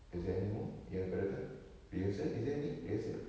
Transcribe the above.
is there anymore yang kau datang rehearsal is there any rehearsal